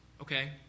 Okay